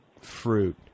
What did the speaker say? fruit